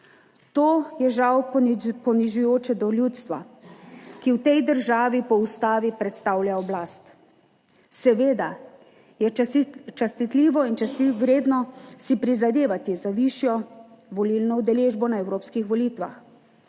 To je žal ponižujoče do ljudstva, ki v tej državi po Ustavi predstavlja oblast. Seveda je častitljivo in vredno si prizadevati za višjo volilno udeležbo na evropskih volitvah.